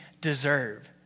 deserve